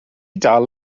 dal